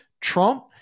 Trump